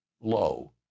low